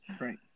Right